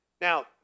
Now